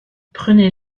prenez